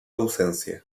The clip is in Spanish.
ausencia